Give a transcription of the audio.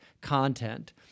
content